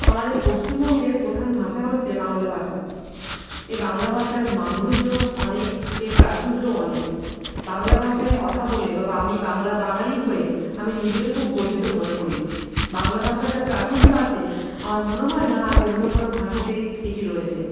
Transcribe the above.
আমাদের পশ্চিমবঙ্গের প্রধান ভাষা হচ্ছে বাংলা ভাষা এই বাংলা ভাষার মাধুর্য অনেক এর প্রাচুর্যও অনেক বাংলা ভাষায় কথা বলে বা আমি বাংলা বাঙালি হয়ে আমি নিজেকে খুব গর্বিত মনে করি বাংলা ভাষার যা প্রাচুর্য আছে আমার মনে হয় না আর অন্য কোনো ভাষাতে এটি রয়েছে